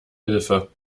hilfe